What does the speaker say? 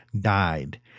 died